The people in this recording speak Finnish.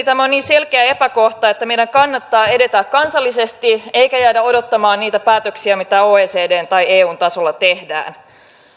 tämä on niin selkeä epäkohta että meidän kannattaa edetä kansallisesti eikä jäädä odottamaan niitä päätöksiä mitä oecdn tai eun tasolla tehdään